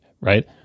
right